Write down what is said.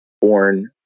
born